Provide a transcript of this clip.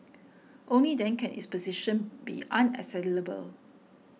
only then can its position be unassailable